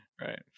Right